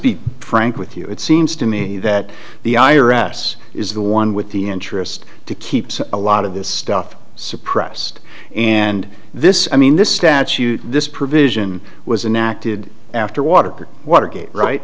be frank with you it seems to me that the i r s is the one with the interest to keep a lot of this stuff suppressed and this i mean this statute this provision was inactive after watergate watergate right